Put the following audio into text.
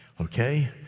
Okay